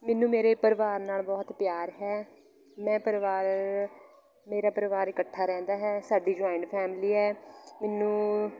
ਮੈਨੂੰ ਮੇਰੇ ਪਰਿਵਾਰ ਨਾਲ ਬਹੁਤ ਪਿਆਰ ਹੈ ਮੈਂ ਪਰਿਵਾਰ ਮੇਰਾ ਪਰਿਵਾਰ ਇਕੱਠਾ ਰਹਿੰਦਾ ਹੈ ਸਾਡੀ ਜੁਆਇੰਟ ਫੈਮਿਲੀ ਹੈ ਮੈਨੂੰ